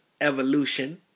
Evolution